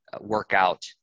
workout